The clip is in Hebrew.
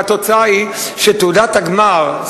והתוצאה היא שתעודת הגמר,